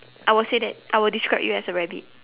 I will say that I will describe you as a rabbit